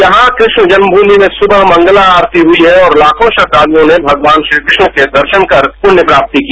यहां कृष्ण जन्मममि में सुबह मंगला आस्ती हुई है और लाखों श्रदाल्यों ने मगवान श्रीकृष्ण के दर्शन कर पुष्य प्रापि की